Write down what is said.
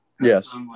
Yes